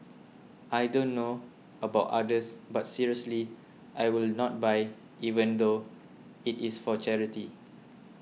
I don't know about others but seriously I will not buy even though it is for charity